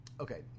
Okay